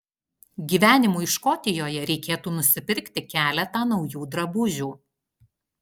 gyvenimui škotijoje reikėtų nusipirkti keletą naujų drabužių